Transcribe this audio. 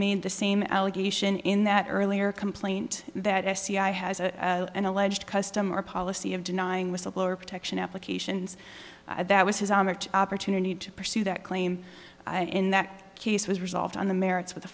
made the same allegation in that earlier complaint that sci has an alleged customer policy of denying whistleblower protection applications that was his opportunity to pursue that claim in that case was resolved on the merits with